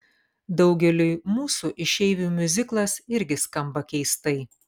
daugeliui mūsų išeivių miuziklas irgi skamba keistai